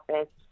office